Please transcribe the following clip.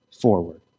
forward